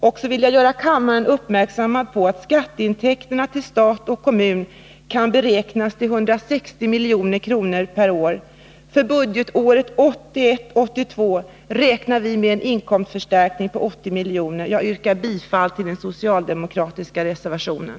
Jag vill göra kammaren uppmärksam på att skatteintäkterna till stat och kommun kan beräknas till 160 milj.kr. per år. För budgetåret 1981/82 räknar vi med en inkomstförstärkning om 80 miljoner. Jag yrkar bifall till den socialdemokratiska reservationen.